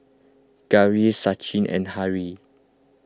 Gauri Sachin and Hri